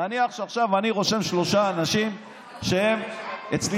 נניח שעכשיו אני רושם שלושה אנשים שהם אצלי